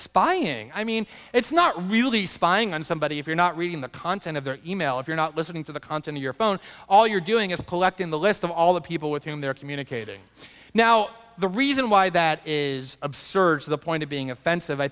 spying i mean it's not really spying on somebody if you're not reading the content of the e mail if you're not listening to the contineu your phone all you're doing is collecting the list of all the people with whom they're communicating now the reason why that is absurd to the point of being offensive i